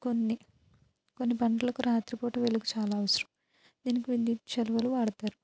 కొన్ని కొన్ని పంటలకు రాత్రిపూట వెలుగు చాలా అవసరం దీనికి విద్యుత్ చలువలు వాడతారు